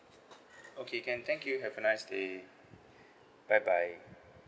okay can thank you have a nice day bye bye